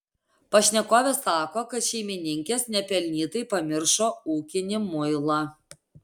pašnekovė sako kad šeimininkės nepelnytai pamiršo ūkinį muilą